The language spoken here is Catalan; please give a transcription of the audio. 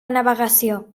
navegació